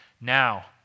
Now